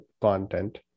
content